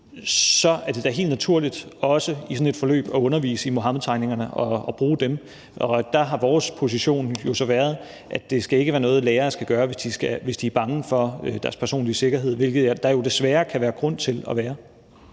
så er det da helt naturligt også i sådan et forløb at undervise i Muhammedtegningerne og bruge dem. Og der har vores position så været, at det ikke skal være noget, lærere skal gøre, hvis de er bange for deres personlige sikkerhed, hvilket der jo desværre kan være grund til at være.